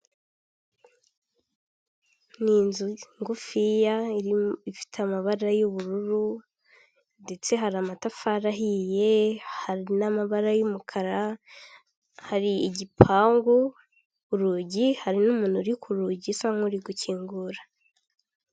Ni inzu ngufiya ifite amabara y'ubururu, ndetse hari amatafari ahiye hari n'amabara y'umukara, hari igipangu, urugi hari n'umuntu uri ku rugi usa nk'uri gukingura.